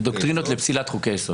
דוקטרינות לפסילת חוקי יסוד.